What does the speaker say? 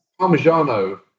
Parmigiano